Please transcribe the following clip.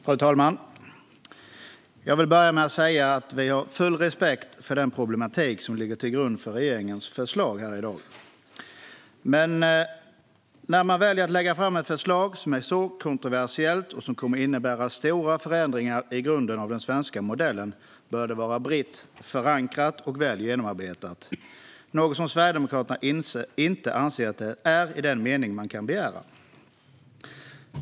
Fru talman! Jag vill börja med att säga att vi har full respekt för den problematik som ligger till grund för regeringens förslag. Men när man väljer att lägga fram ett förslag som är så kontroversiellt och som kommer att innebära stora förändringar i den svenska modellens grund bör det vara brett förankrat och väl genomarbetat, vilket Sverigedemokraterna inte anser att det är i den mening man kan begära.